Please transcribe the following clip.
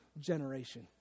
generation